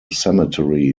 cemetery